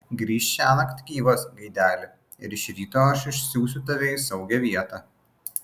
grįžk šiąnakt gyvas gaideli ir iš ryto aš išsiųsiu tave į saugią vietą